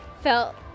felt